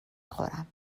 خورم